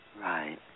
Right